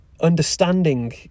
understanding